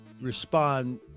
respond